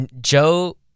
joe